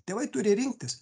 tėvai turi rinktis